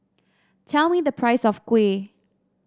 tell me the price of kuih